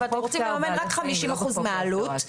אבל אתם רוצים לממן רק 50 אחוז מהעלות,